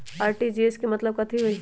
RTGS के मतलब कथी होइ?